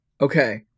Okay